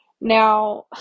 Now